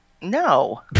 No